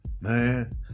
Man